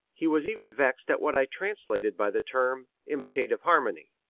he was even vexed at what i translated by the term, imitative harmony.